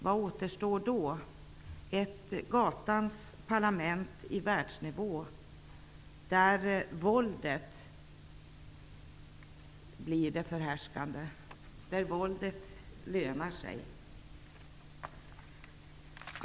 Blir det ett gatans parlament i världsnivå, där våldet är förhärskande, där våldet lönar sig?